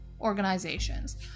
organizations